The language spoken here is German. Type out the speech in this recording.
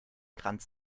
kranz